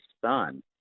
son